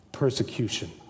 persecution